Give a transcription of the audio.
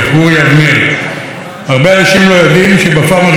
הרבה אנשים לא יודעים שבפעם הראשונה שהוא התמודד לכנסת,